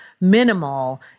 minimal